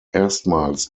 erstmals